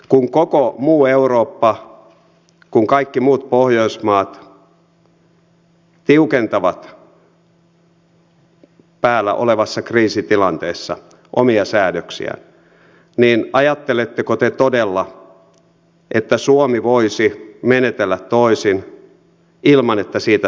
kun koko muu eurooppa kun kaikki muut pohjoismaat tiukentavat päällä olevassa kriisitilanteessa omia säädöksiään niin ajatteletteko te todella että suomi voisi menetellä toisin ilman että siitä seuraa mitään